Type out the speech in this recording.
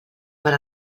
per